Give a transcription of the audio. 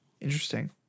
Interesting